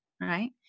Right